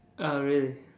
uh really